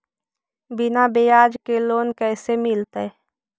बिना ब्याज के लोन कैसे मिलतै?